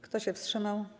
Kto się wstrzymał?